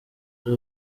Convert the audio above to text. ari